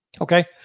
Okay